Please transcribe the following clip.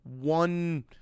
one